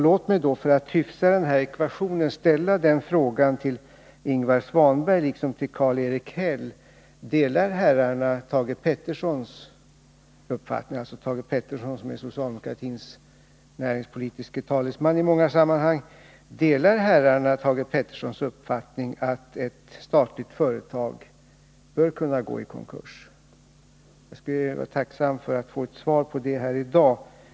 Låt mig då för att hyfsa den här ekvationen ställa följande fråga till Ingvar Svanberg och Karl-Erik Häll: Delar herrarna Thage Petersons uppfattning — Thage Peterson är ju socialdemokratins näringspolitiske talesman i många sammanhang -—aatt ett statligt företag bör kunna gå i konkurs? Jag skulle vara tacksam för ett svar på det här i dag.